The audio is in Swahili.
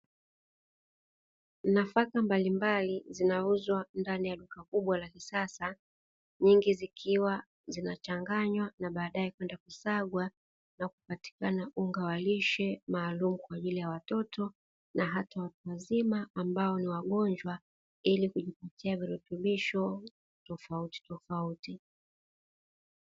Nafaka mbalimbali zinauzwa ndani ya duka kubwa la kisasa, nyingi zikiwa zinachanganywa na baadaye kwenda kusagwa na kupatikana unga wa lishe maalumu kwa ajili ya watoto na hata watu wazima ambao ni wagonjwa, ili kujipatia virutubusho tofauti tofauti.